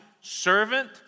servant